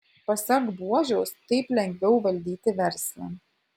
pasak buožiaus taip lengviau valdyti verslą